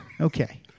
Okay